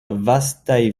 vastaj